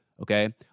okay